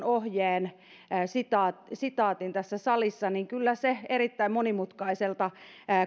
ohjeen sitaatin luitte tässä salissa niin kyllä se erittäin monimutkaiselta